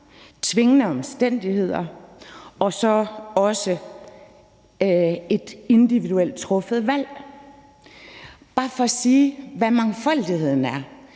tvingende omstændigheder og så også individuelt truffede valg. Bare for at sige, hvad mangfoldigheden er,